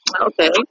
Okay